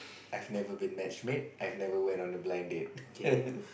I've never been match made I've never when on a blind date